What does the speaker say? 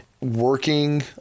working